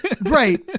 right